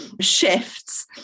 shifts